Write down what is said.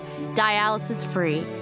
dialysis-free